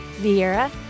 Vieira